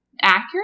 accurate